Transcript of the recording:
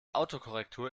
autokorrektur